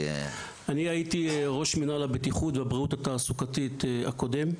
אני הייתי ראש מינהל הבטיחות והבריאות התעסוקתית הקודם,